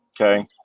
Okay